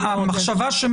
מה המחשבה?